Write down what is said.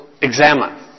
examine